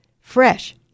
fresh